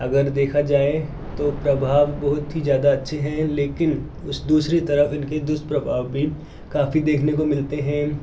अगर देखा जाए तो प्रभाव बहुत ही ज़्यादा अच्छे हैं लेकिन दूसरी तरफ उनकी दुष्प्रभाव भी काफ़ी देखने को मिलते हैं